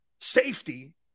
safety